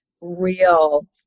real